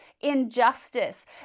injustice